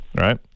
right